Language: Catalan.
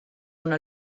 una